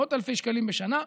מאות אלפי שקלים בשנה.